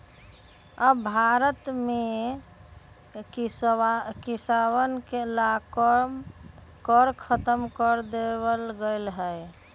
अब भारत में किसनवन ला कर खत्म कर देवल गेले है